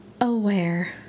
aware